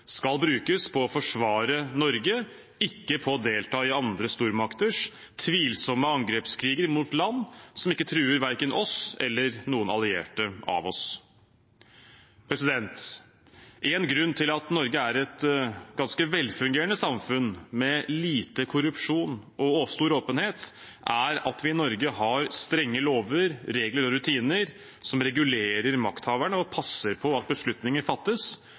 skal brukes på å forsvare Norge, ikke på å delta i andre stormakters tvilsomme angrepskriger mot land som ikke truer verken oss eller noen allierte av oss. Én grunn til at Norge er et ganske velfungerende samfunn, med lite korrupsjon og stor åpenhet, er at vi i Norge har strenge lover, regler og rutiner som regulerer makthaverne og passer på at beslutninger fattes